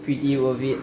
pretty worth it